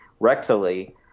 rectally